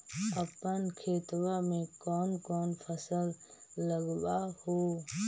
अपन खेतबा मे कौन कौन फसल लगबा हू?